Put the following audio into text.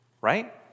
right